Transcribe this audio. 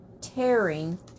tearing